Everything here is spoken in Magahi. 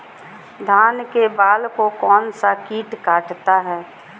धान के बाल को कौन सा किट काटता है?